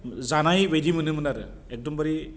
जानाय बायदि मोनोमोन आरो एक्दमबारे